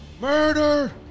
Murder